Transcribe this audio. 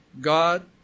God